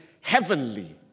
heavenly